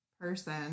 person